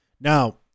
Now